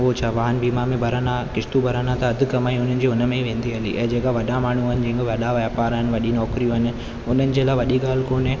उहे चवान बीमा में भरनि हा क़िश्तियूं भरनि हा त अधु कमाई हुननि जी हुन में ही वेंदी हूंदी ऐं जेका वॾा माण्हू आहिनि जंहिंखे वॾा वॾा वापार आहिनि वॾी नौकिरियूं आहिनि उन्हनि जे लाइ वॾी ॻाल्हि कोन्हे